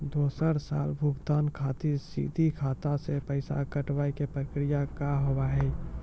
दोसर साल भुगतान खातिर सीधा खाता से पैसा कटवाए के प्रक्रिया का हाव हई?